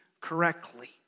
correctly